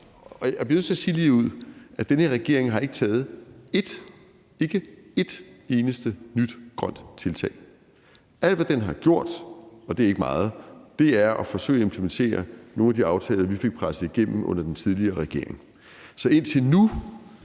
nødt til at sige ligeud, at den her regering ikke har taget et eneste nyt grønt tiltag. Alt, hvad den har gjort, og det er ikke meget, er at forsøge at implementere nogle af de aftaler, vi fik presset igennem under den tidligere regering. Så indtil nu